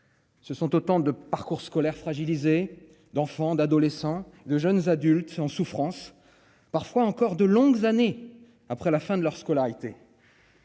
Ce sont autant de parcours scolaire fragilisé d'enfants, d'adolescents et de jeunes adultes en souffrance parfois encore de longues années après la fin de leur scolarité.